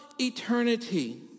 eternity